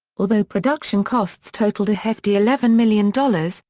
although production costs totaled a hefty eleven million dollars,